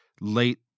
late